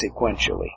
sequentially